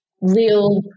real